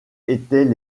étaient